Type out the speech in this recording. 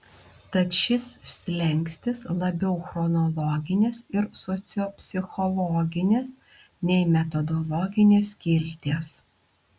tad šis slenkstis labiau chronologinės ir sociopsichologinės nei metodologinės kilties